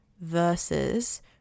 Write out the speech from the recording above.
versus